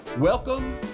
Welcome